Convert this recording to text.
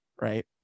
right